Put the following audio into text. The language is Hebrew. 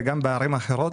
וגם בערים אחרות,